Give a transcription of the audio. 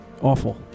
Awful